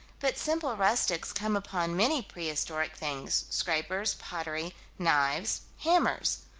but simple rustics come upon many prehistoric things scrapers, pottery, knives, hammers.